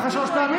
החוק